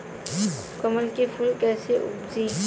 कमल के फूल कईसे उपजी?